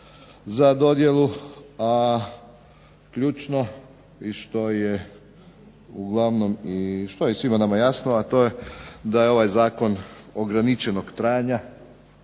za dodjelu. A ključno što je i uglavnom i svima nama jasno, a to je da je ovaj zakon ograničenog trajanja